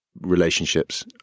relationships